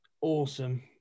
awesome